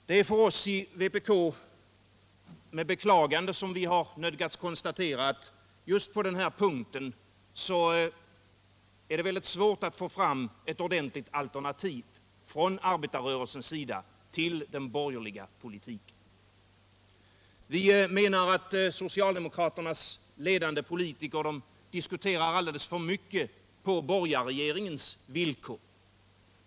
Det är med beklagande som vi i vpk har nödgats konstatera att just på denna punkt är det väldigt svårt att från arbetarrörelsens sida få fram ett ordentligt alternativ till den borgerliga politiken. Vi menar att socialdemokraternas ledande politiker diskuterar alldeles för mycket på den borgerliga regeringens villkor.